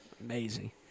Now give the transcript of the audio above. Amazing